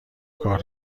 کارها